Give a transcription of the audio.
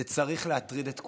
זה צריך להטריד את כולם,